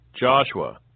Joshua